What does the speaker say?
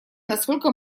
насколько